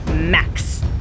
Max